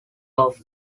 off